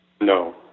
No